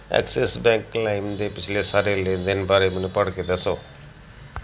Axis bank lime ਦੇ ਪਿਛਲੇ ਸਾਰੇ ਲੈਣ ਦੇਣ ਬਾਰੇ ਮੈਨੂੰ ਪੜ੍ਹ ਕੇ ਦੱਸੋ